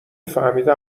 فهمیدم